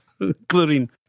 including